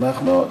אני שמח מאוד.